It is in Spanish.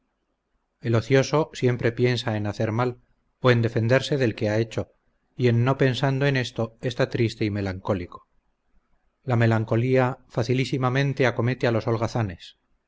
el ocioso siempre piensa en hacer mal o en defenderse del que ha hecho y en no pensando en esto está triste y melancólico la melancolía facilísimamente acomete a los